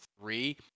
three